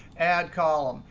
add column,